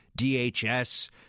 DHS